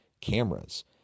cameras